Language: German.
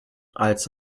als